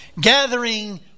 gathering